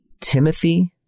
Timothy